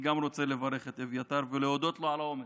גם אני רוצה לברך את אביתר ולהודות לו על האומץ.